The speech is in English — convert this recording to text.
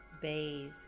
bathe